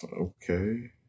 Okay